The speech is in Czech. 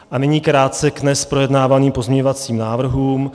A nyní krátce k dnes projednávaným pozměňovacím návrhům.